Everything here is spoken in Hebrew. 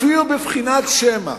אפילו בבחינת שמא,